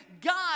God